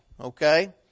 okay